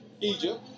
Egypt